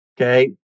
okay